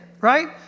right